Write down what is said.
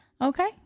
Okay